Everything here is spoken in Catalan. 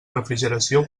refrigeració